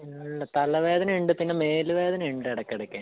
പിന്നെ തലവേദന ഉണ്ട് പിന്നെ മേല് വേദന ഉണ്ട് ഇടയ്ക്കിടയ്ക്ക്